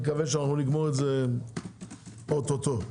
נקווה שנגמור את זה אוטוטו,